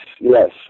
yes